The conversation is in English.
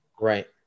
Right